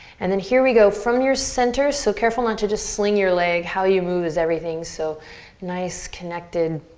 and then here we go, from your center so careful and to just sling your leg. how you move is everything so nice connected